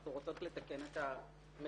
אנחנו רוצות לתקן את המציאות.